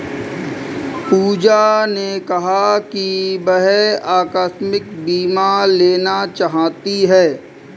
पूजा ने कहा कि वह आकस्मिक बीमा लेना चाहती है